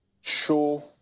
show